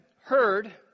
heard